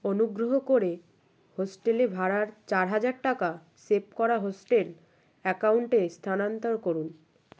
অনুগ্রহ করে হোস্টেলে ভাড়ার চার হাজার টাকা সেভ করা হোস্টেল অ্যাকাউন্টে স্থানান্তর করুন